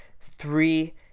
three